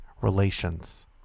Relations